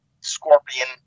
Scorpion